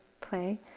play